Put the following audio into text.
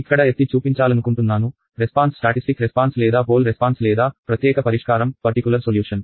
ఇక్కడ ఎత్తి చూపించాలనుకుంటున్నాను రెస్పాన్స్ స్టాటిస్టిక్ రెస్పాన్స్ లేదా పోల్ రెస్పాన్స్ లేదా ప్రత్యేక పరిష్కారం పర్టికులర్ సొల్యూషన్